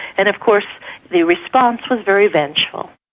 and of course the response was very vengeful.